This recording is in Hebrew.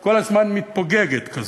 היא כל הזמן מתפוגגת כזאת.